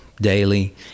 daily